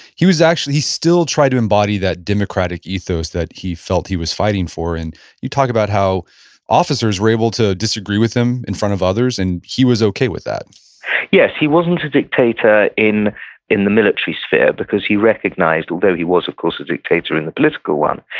he was actually, he still tried to embody that democratic ethos that he felt he was fighting for, and you talk about how officers were able to disagree with him in front of others, and he was okay with that yes, he wasn't a dictator in in the military sphere, because he recognized, although he was of course a dictator in the political one,